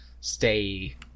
stay